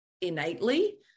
innately